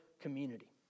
community